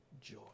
joy